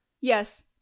Yes